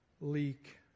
leak